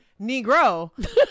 Negro